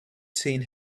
seen